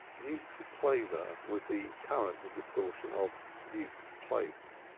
duke's plaizer was the current distortion of duke's place.